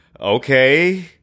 okay